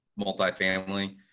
multifamily